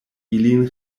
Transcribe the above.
ilin